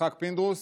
יצחק פינדרוס,